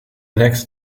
next